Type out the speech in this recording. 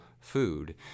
food